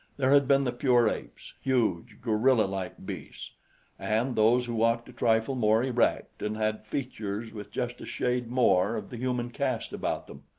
there had been the pure apes huge, gorillalike beasts and those who walked, a trifle more erect and had features with just a shade more of the human cast about them.